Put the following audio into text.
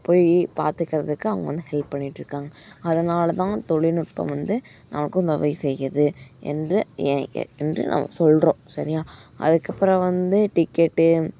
போய் பார்த்துக்கறதுக்கு அவங்க வந்து ஹெல்ப் பண்ணிட்டுருக்காங்க அதனால தான் தொழில்நுட்பம் வந்து நமக்கு உதவி செய்யுது என்று ஏ எ என்று நாம சொல்கிறோம் சரியாக அதற்கப்புறம் வந்து டிக்கெட்டு